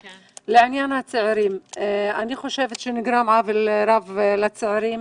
אני חושבת שנגרם עוול רב לצעירים.